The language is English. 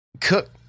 cook